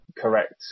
correct